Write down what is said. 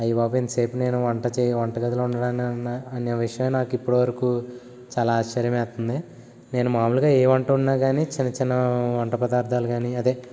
అయ్య బాబోయ్ ఇంతసేపు నేను వంట చేయ వంట గదిలో ఉండగలనా అనే విషయం నాకు ఇప్పటివరకు చాలా ఆశ్చర్యమేస్తుంది నేను మామూలుగా ఏ వంటొండినా గానీ చిన్న చిన్న వంట పదార్థాలు గానీ అదే